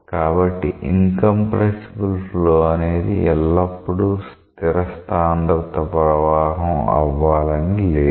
కాబట్టి incompressible flow అనేది ఎల్లప్పుడూ స్థిర సాంద్రత ప్రవాహం అవ్వాలని లేదు